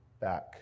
back